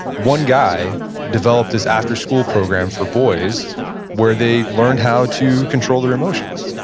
one guy developed this afterschool program for boys where they learned how to control their emotions.